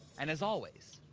and as always,